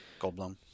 Goldblum